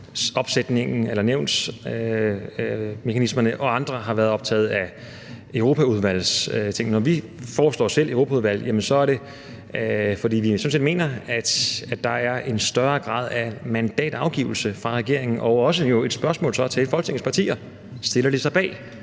optaget af nævnsmekanismerne, og andre har været optaget af Europaudvalgskonstruktionen. Når vi selv foreslår Europaudvalget, er det, fordi vi sådan set mener, at der er en større grad af mandatafgivelse fra regeringen – og jo også et spørgsmål til Folketingets partier: Stiller de sig bag